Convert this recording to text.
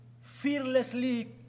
fearlessly